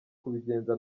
kubigenza